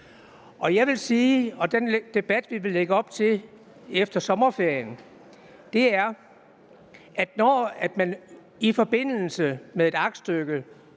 jeg vil sige – og den debat, vi vil lægge op til efter sommerferien – er, at når man i forbindelse med et aktstykke